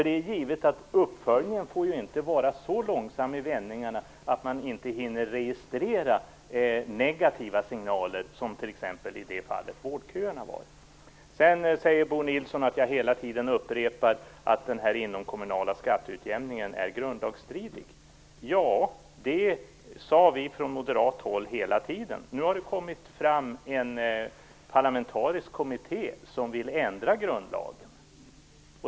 Det är ju givet att uppföljningen inte får gå så långsamt att man inte hinner registrera negativa signaler, som t.ex. i fallet med vårdköerna. Bo Nilsson säger att jag hela tiden upprepar att den inomkommunala skatteutjämningen är grundlagstridig. Ja, det har vi från moderat håll sagt hela tiden. Nu har det bildats en parlamentarisk kommitté som vill ändra grundlagen.